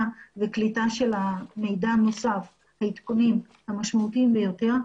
וקליטה של מידע נוסף ועדכונים משמעותיים ביותר,